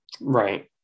Right